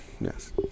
Yes